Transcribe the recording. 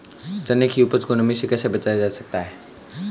चने की उपज को नमी से कैसे बचाया जा सकता है?